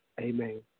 Amen